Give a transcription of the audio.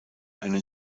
einen